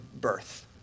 birth